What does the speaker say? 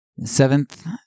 Seventh